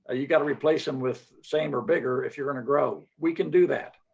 ah you got to replace them with same or bigger if you're going to grow. we can do that.